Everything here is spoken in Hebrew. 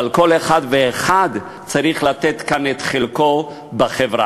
אבל כל אחד ואחד צריך לתת כאן את חלקו בחברה.